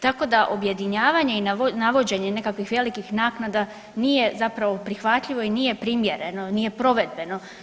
Tako da objedinjavanje i navođenje nekakvih velikih naknada nije zapravo prihvatljivo i nije primjereno, nije provedbeno.